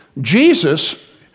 Jesus